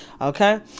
Okay